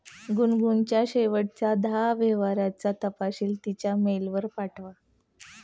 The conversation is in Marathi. गुनगुनच्या शेवटच्या दहा व्यवहारांचा तपशील तिच्या मेलवर पाठवा